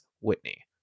Whitney